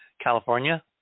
california